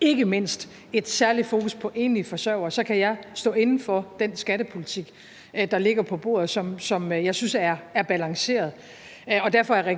ikke mindst med det særlige fokus på enlige forsørgere, kan jeg stå inde for den skattepolitik, der ligger på bordet, og som jeg synes er balanceret. Derfor er